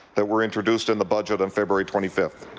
that were introduced in the budget on february twenty five.